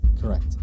Correct